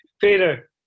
Peter